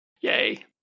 Yay